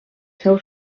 seu